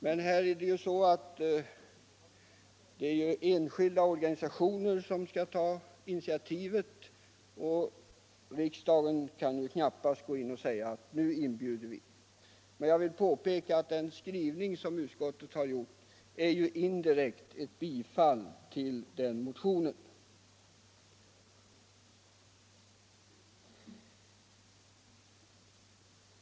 Men det är ju så att det är enskilda organisationer som skall ta initiativ, och riksdagen kan knappast gå in och säga: Nu inbjuder vi. Jag vill påpeka att utskottets skrivning indirekt är ett tillstyrkande av den motionen.